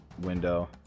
window